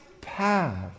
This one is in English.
path